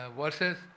verses